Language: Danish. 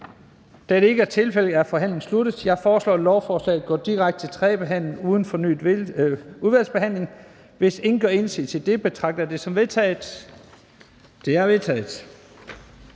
Det er vedtaget. Jeg foreslår, at forslaget går direkte til tredje behandling uden fornyet udvalgsbehandling. Hvis ingen gør indsigelse mod dette, betragter jeg det som vedtaget. Det er vedtaget.